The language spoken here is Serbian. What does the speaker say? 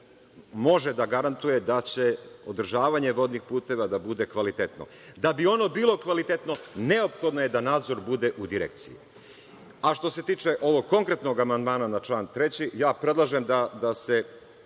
može da garantuje da će održavanje vodnih puteva da bude kvalitetno. Da bi ono bilo kvalitetno, neophodno je da nadzor bude u direkciji. Što se tiče ovog konkretnog amandmana na član 3, ja predlažem da se